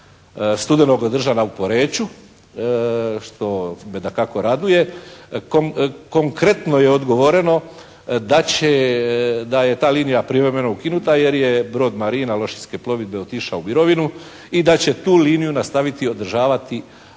studenoga održana u Poreču što me dakako raduje, konkretno je odgovoreno da će, da je ta linija privremeno ukinuta jer je brod Marina Lošinjske plovidbe otišao u mirovinu i da će tu liniju nastaviti održavati